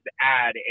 add